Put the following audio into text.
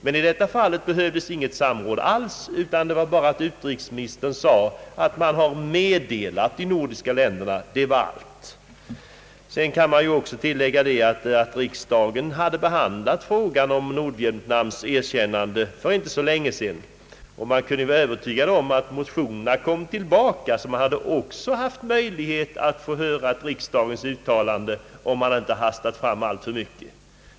Men i det nu aktuella fallet ansåg man att det inte behövdes något samråd alls. Det enda som gjordes var att utrikesministern meddelade de nordiska länderna om erkännandet. Tilläggas kan att riksdagen hade behandlat frågan om Nordvietnams erkännande för inte så länge sedan. Man kunde vara övertygad om att motionerna skulle komma tillbaka. Det hade således varit möjligt att få ett uttalande av riksdagen, om man inte hastat alltför mycket.